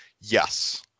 yes